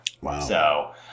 Wow